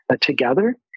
together